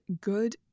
good